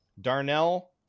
Darnell